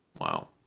Wow